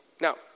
Now